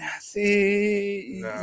See